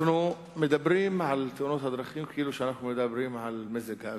אנחנו מדברים על תאונות הדרכים כאילו אנחנו מדברים על מזג האוויר,